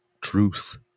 truth